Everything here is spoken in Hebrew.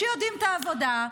שיודעים את העבודה,